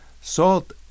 Salt